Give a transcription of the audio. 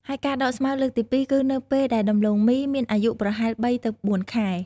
ហើយការដកស្មៅលើកទី២ គឺនៅពេលដែលដំឡូងមីមានអាយុប្រហែល ៣ ទៅ ៤ ខែ។